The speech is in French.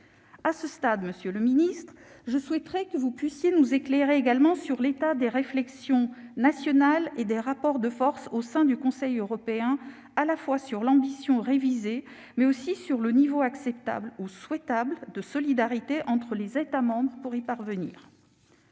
À ce stade, monsieur le secrétaire d'État, je souhaiterais que vous nous éclairiez sur l'état des réflexions et des rapports de force au sein du Conseil européen, à la fois sur l'ambition révisée, mais aussi sur le niveau acceptable ou souhaitable de solidarité entre les États pour y parvenir.